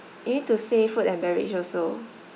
you need to say food and beverage also